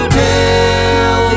tell